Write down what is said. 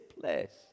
place